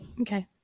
Okay